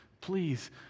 please